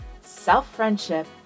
self-friendship